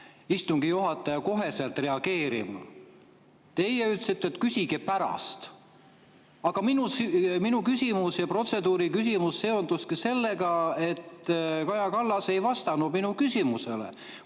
istungi juhataja koheselt reageerima. Teie ütlesite, et küsige pärast, aga minu protseduuriküsimus seondus sellega, et Kaja Kallas ei vastanud mu küsimusele.